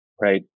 right